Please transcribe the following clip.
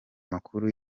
makuru